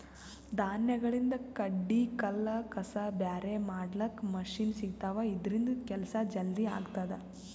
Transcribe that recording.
ಧಾನ್ಯಗಳಿಂದ್ ಕಡ್ಡಿ ಕಲ್ಲ್ ಕಸ ಬ್ಯಾರೆ ಮಾಡ್ಲಕ್ಕ್ ಮಷಿನ್ ಸಿಗ್ತವಾ ಇದ್ರಿಂದ್ ಕೆಲ್ಸಾ ಜಲ್ದಿ ಆಗ್ತದಾ